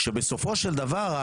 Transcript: בסופו של דבר,